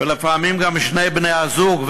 לפעמים גם שני בני-הזוג,